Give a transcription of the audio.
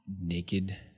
Naked